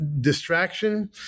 distraction